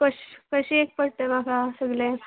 कशें कशें पडटा तें म्हाका सगळें